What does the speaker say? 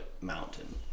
mountain